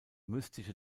mystische